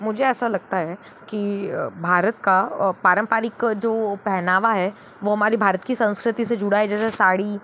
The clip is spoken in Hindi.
मुझे ऐसा लगता है कि भारत का पारंपरिक जो पहनावा है वो हमारे भारत की संस्कृति से जुड़ा है जैसे साड़ी